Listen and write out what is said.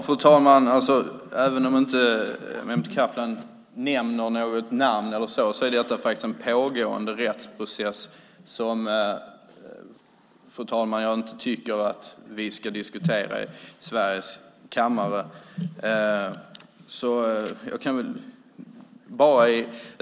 Fru talman! Även om inte Mehmet Kaplan nämner något namn handlar detta faktiskt om en pågående rättsprocess som jag inte tycker att vi ska diskutera här i riksdagens kammare.